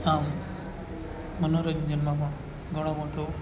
આમ મનોરંજનમાં પણ ઘણો મોટો